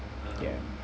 ya